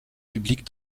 public